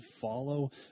follow